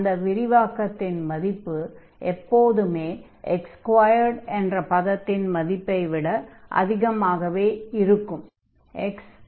அந்த விரிவாக்கத்தின் மதிப்பு எப்போதுமே x2 என்ற பதத்தின் மதிப்பை விட அதிகமாகவே இருக்கும்